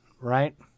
right